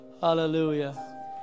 Hallelujah